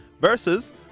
versus